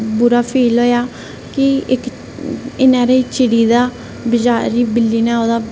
बुरा फील होएआ कि इक इन्नी हारी चिड़ी दा बेचारी बिल्ली ने ओह्दा